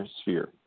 sphere